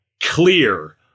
clear